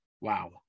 wow